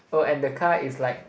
oh and the car is like